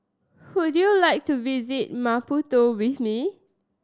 would you like to visit Maputo with me